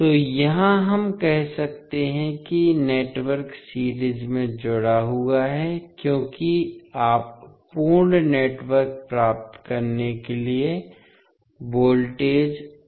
तो यहां हम कह सकते हैं कि नेटवर्क सीरीज में जुड़ा हुआ है क्योंकि आप पूर्ण नेटवर्क प्राप्त करने के लिए वोल्टेज जोड़ रहे हैं